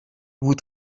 vous